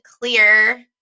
clear